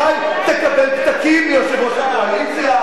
אולי תקבל פתקים מיושב-ראש הקואליציה,